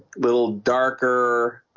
little darker